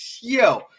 Yo